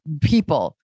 people